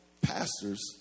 pastors